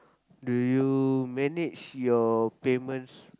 do you manage your payments